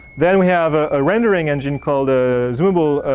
then we have a rendering engine called the zoomable